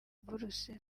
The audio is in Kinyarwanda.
buruse